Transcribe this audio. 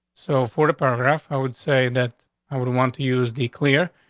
so for the paragraph, i would say that i would want to use d clear,